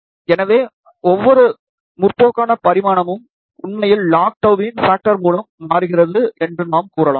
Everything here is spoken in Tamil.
எனவே ஒவ்வொரு முற்போக்கான பரிமாணமும் உண்மையில் log τ இன் ஃபேக்டர் மூலம் மாறுகிறது என்று நாம் கூறலாம்